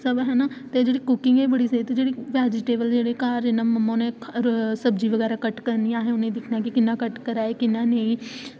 सब है ना ते जेह्ड़ी कुकिंग ऐ एह् बड़ी स्हेई वेज़ीटेबल जेह्ड़े घर मम्मा होरें सब्ज़ी बगैरा कट करनी होर असें उनें ई दिक्खना की कियां कट करा दे कियां नेईं